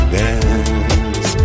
dance